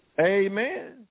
Amen